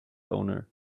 owner